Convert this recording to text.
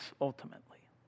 ultimately